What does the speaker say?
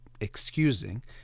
excusing